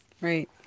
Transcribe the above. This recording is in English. Right